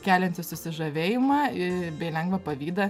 kelianti susižavėjimą i bei lengvą pavydą